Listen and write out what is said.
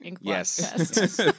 Yes